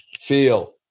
Feel